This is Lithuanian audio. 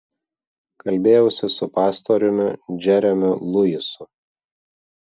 kalbėjausi su pastoriumi džeremiu luisu